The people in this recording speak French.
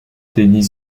tennis